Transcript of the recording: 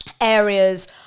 areas